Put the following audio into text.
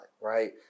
Right